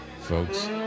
folks